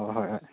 ꯍꯣꯏ ꯍꯣꯏ ꯍꯣꯏ